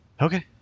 Okay